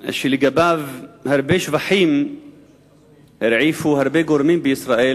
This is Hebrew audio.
הרבה שבחים הרעיפו הרבה גורמים בישראל